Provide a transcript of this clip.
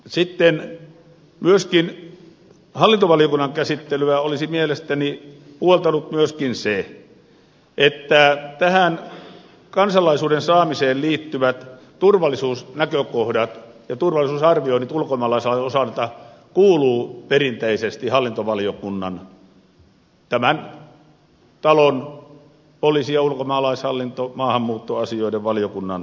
sitten hallintovaliokunnan käsittelyä olisi mielestäni puoltanut myöskin se että tähän kansalaisuuden saamiseen liittyvät turvallisuusnäkökohdat ja turvallisuusarvioinnit ulkomaalaisen osalta kuuluvat perinteisesti hallintovaliokunnan tämän talon poliisi ja ulkomaalaishallinto maahanmuuttoasioiden valiokunnan toimintaan